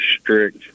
strict